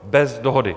Bez dohody.